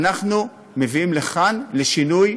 אנחנו מביאים לכאן לשינוי